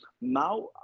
Now